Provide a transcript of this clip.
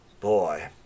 Boy